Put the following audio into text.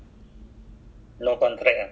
ah no contract